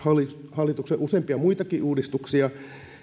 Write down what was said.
hallituksen useita muitakin uudistuksia